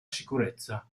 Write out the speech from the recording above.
sicurezza